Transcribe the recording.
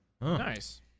Nice